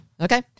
okay